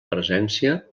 presència